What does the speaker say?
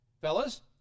fellas